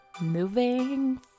moving